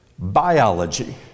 biology